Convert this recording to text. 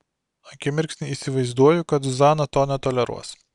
akimirksnį įsivaizduoju kad zuzana to netoleruos